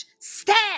stand